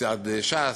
מצד ש"ס,